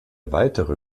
weitere